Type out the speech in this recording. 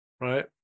Right